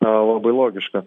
labai logiška